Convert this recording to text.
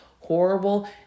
horrible